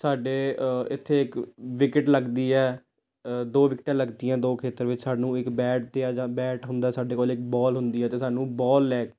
ਸਾਡੇ ਇੱਥੇ ਇੱਕ ਵਿਕਟ ਲੱਗਦੀ ਹੈ ਦੋ ਵਿਕਟਾਂ ਲੱਗਦੀਆਂ ਦੋ ਖੇਤਰ ਵਿੱਚ ਸਾਨੂੰ ਇੱਕ ਬੈਟ ਦਿਆਂ ਜਾਂਦਾ ਬੈਟ ਹੁੰਦਾ ਸਾਡੇ ਕੋਲ ਇੱਕ ਬੋਲ ਹੁੰਦੀ ਹੈ ਅਤੇ ਸਾਨੂੰ ਬੋਲ ਲੈ